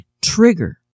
trigger